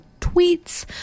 tweets